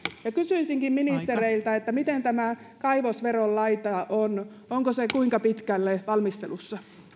kysyisinkin ministereiltä miten tämän kaivosveron laita on onko se kuinka pitkällä valmistelussa